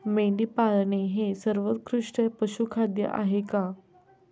मेंढी पाळणे हे सर्वोत्कृष्ट पशुखाद्य आहे का?